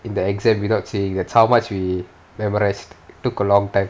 in the exam without seeing that's how much we memorised took a long time